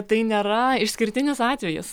tai nėra išskirtinis atvejis